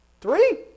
Three